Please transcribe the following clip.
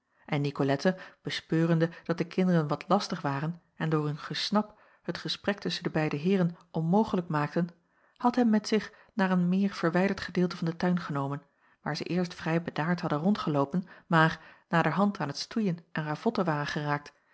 en nicolette bespeurende dat de kinderen wat lastig waren en door hun gesnap het gesprek tusschen de beide heeren onmogelijk maakten had hen met zich naar een meer verwijderd gedeelte van den tuin genomen waar jacob van ennep laasje evenster zij eerst vrij bedaard hadden rondgeloopen maar naderhand aan t stoeien en ravotten waren geraakt